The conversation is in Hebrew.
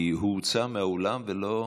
הוא הוצא מהאולם, למה?